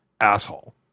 asshole